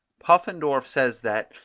puffendorf says that,